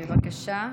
בבקשה.